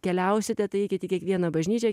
keliausite tai eikit į kiekvieną bažnyčią